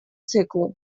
циклу